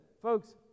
Folks